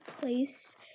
place